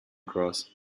cross